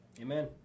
Amen